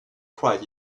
cried